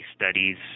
studies